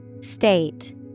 State